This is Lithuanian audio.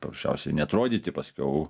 paprasčiausiai neatrodyti paskiau